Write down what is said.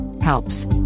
helps